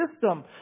system